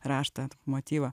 raštą motyvą